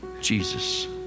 Jesus